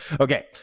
Okay